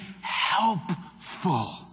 helpful